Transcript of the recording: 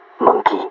monkey